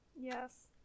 Yes